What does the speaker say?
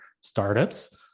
startups